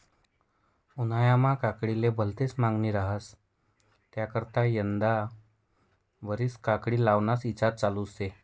उन्हायामा काकडीले भलती मांगनी रहास त्याकरता यंदाना वरीस काकडी लावाना ईचार चालू शे